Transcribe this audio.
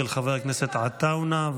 של חבר הכנסת עטאונה,